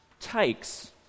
takes